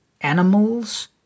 animals